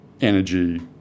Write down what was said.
energy